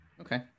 Okay